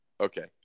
Okay